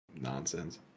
nonsense